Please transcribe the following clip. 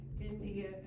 India